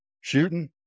shooting